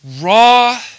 raw